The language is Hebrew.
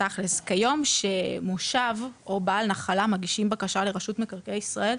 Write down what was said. כיום כשמושב או בעל נחלה מגישים בקשה לרשות מקרקעי ישראל,